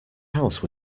house